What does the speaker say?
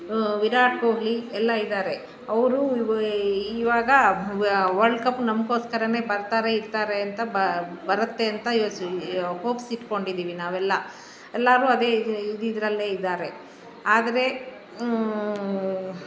ವಿರಾಟ್ ಕೊಹ್ಲಿ ಎಲ್ಲ ಇದ್ದಾರೆ ಅವರೂ ಈವಾಗ ವಲ್ಡ್ ಕಪ್ ನಮಗೋಸ್ಕರನೇ ಬರ್ತಾರೆ ಇರ್ತಾರೆ ಅಂತ ಬರತ್ತೇಂತ ಹೋಪ್ಸ್ ಇಟ್ಕೊಂಡಿದ್ದೀವಿ ನಾವೆಲ್ಲ ಎಲ್ಲರೂ ಅದೇ ಇದು ಇದ್ದಿದ್ರಲ್ಲೇ ಇದ್ದಾರೆ ಆದರೆ